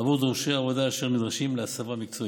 בעבור דורשי עבודה אשר נדרשים להסבה מקצועית.